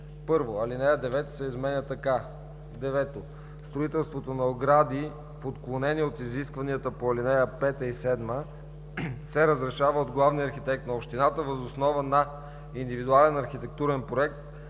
1. Алинея 9 се изменя така: „(9) Строителството на огради в отклонение от изискванията по ал. 5 и 7 се разрешава от главния архитект на общината въз основа на индивидуален архитектурен проект,